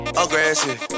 aggressive